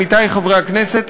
עמיתי חברי הכנסת,